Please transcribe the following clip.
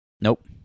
Nope